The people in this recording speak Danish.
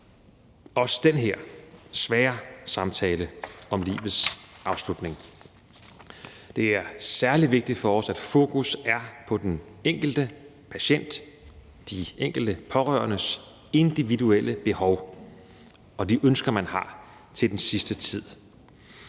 også den her svære samtale om livets afslutning. Det er særlig vigtigt for os, at fokus er på den enkelte patient, de enkelte pårørendes individuelle behov, og de ønsker, man har, til den sidste tid.